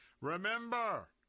Remember